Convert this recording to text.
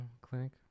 clinic